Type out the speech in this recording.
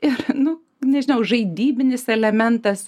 ir nu nežinau žaidybinis elementas